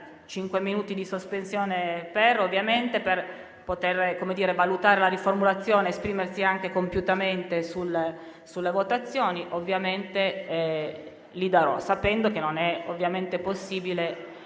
minuti di sospensione per poter valutare la riformulazione ed esprimersi anche compiutamente sulle votazioni, li concederò, sapendo che non è possibile